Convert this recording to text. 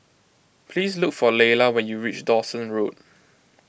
please look for Lela when you reach Dawson Road